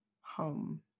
home